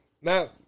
Now